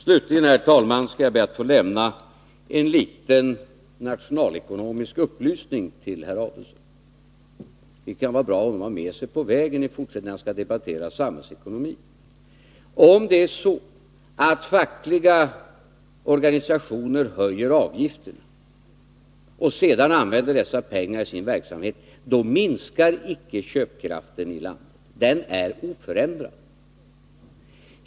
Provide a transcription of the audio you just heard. Slutligen, herr talman, skall jag be att få lämna en liten nationalekonomisk 19 upplysning till herr Adelsohn. Den kan vara bra att ha med sig på vägen för herr Adelsohn när han i fortsättningen skall debattera samhällsekonomin. Om fackliga organisationer höjer sina avgifter och sedan använder dessa pengar till verksamhet, minskar icke köpkraften i landet, utan den förblir oförändrad.